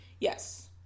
Yes